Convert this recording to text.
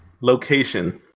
location